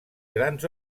grans